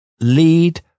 lead